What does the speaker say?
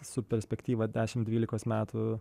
su perspektyva dešimt dvylikos metų